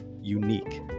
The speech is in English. unique